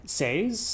says